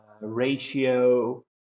ratio